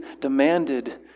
demanded